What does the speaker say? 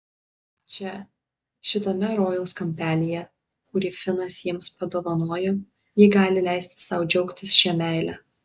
čia šitame rojaus kampelyje kurį finas jiems padovanojo ji gali leisti sau džiaugtis šia meile